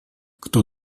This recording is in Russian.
кто